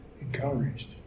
encouraged